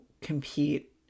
compete